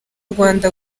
rwanda